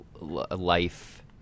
life